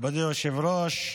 אדוני היושב-ראש,